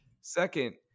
Second